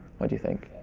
what do you think?